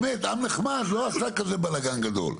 באמת עם נחמד, לא עשה כזה בלגן גדול,